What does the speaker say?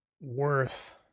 worth